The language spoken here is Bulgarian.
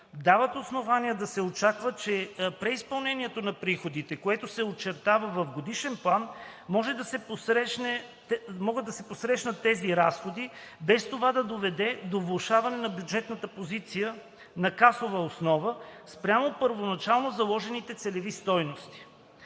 дават основание да се очаква, че преизпълнението на приходите, което се очертава в годишен план, може да посрещне тези допълнителни разходи, без това да доведе до влошаване на бюджетната позиция на касова основа спрямо първоначално заложените целеви стойности.